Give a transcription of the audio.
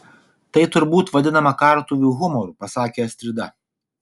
tai turbūt vadinama kartuvių humoru pasakė astrida